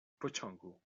pociągu